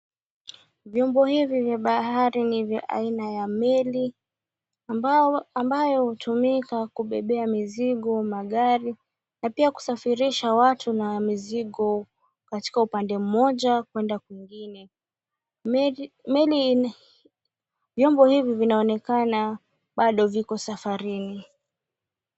Vyombo hivi vya bahari ni vya aina ya meli, ambao hutumika kubebea mizigo, magari, na pia kusafirisha watu na mizigo katika upande mmoja kwenda kwingine. Vyombo hivi vinaonekana bado viko safarini.